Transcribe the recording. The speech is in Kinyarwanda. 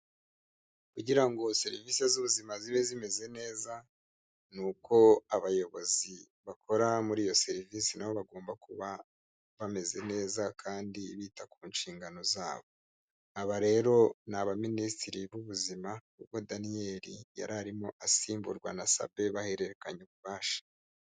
Kugira ngo serivise z'ubuzima zibe zimeze neza ni uko abayobozi bakora muri iyo serivise nabo bagomba kuba bameze neza kandi bita ku nshingano zabo, aba rero ni abaminisitiri b'ubuzima ubwo Daniel yari arimo asimburwa na Sabe bahererekanya ububasha.